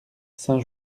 saint